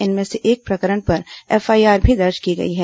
इनमें से एक प्रकरण पर एफआईआर भी दर्ज की गई है